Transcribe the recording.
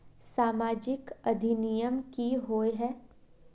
सामाजिक अधिनियम की होय है?